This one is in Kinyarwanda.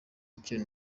icyo